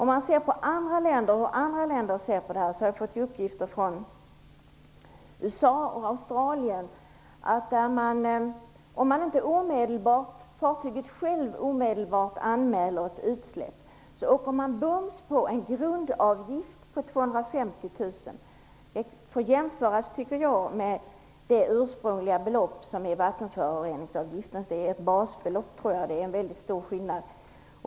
Man kan titta på hur andra länder ser på detta. Jag har fått uppgifter från USA och Australien. I dessa länder är det så att om fartyget inte självt omedelbart anmäler ett utsläpp åläggs det att betala en grundavgift på 250 000 kr. Det kan jämföras med det ursprungliga beloppet för vattenföroreningsavgiften som är ett basbelopp. Det är alltså en mycket stor skillnad.